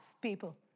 people